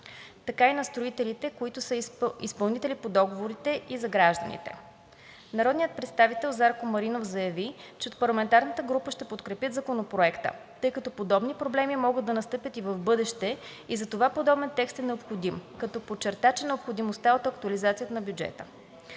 така и за строителите, които са изпълнители по договорите и за гражданите. Народният представител Зарко Маринов заяви, че от парламентарната група ще подкрепят Законопроекта, тъй като подобни проблеми могат да настъпят и в бъдеще и затова подобен текст е необходим, като подчерта и необходимостта от актуализацията на бюджета.